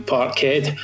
Parkhead